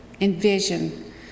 envision